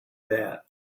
that